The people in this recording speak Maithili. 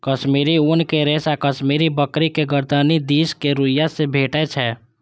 कश्मीरी ऊनक रेशा कश्मीरी बकरी के गरदनि दिसक रुइयां से भेटै छै